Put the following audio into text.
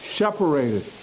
separated